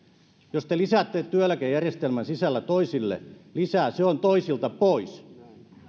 jos te lisäätte työeläkejärjestelmän sisällä toisille lisää se on toisilta pois